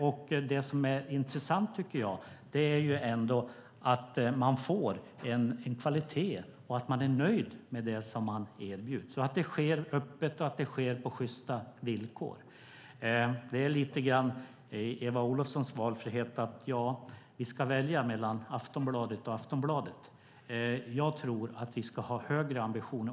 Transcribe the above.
Jag tycker att det intressanta är att man får kvalitet, att man är nöjd med det som man erbjuds och att det sker öppet och på sjysta villkor. Eva Olofssons valfrihet handlar lite grann om att vi ska välja mellan Aftonbladet och Aftonbladet. Jag tror att vi ska ha högre ambitioner.